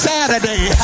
Saturday